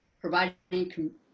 providing